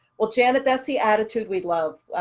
well, janet, that's the attitude we love.